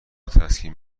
تسکین